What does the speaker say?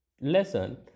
lesson